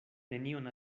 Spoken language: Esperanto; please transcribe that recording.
nenion